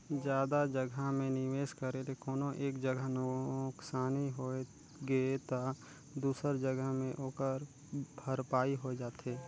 जादा जगहा में निवेस करे ले कोनो एक जगहा नुकसानी होइ गे ता दूसर जगहा में ओकर भरपाई होए जाथे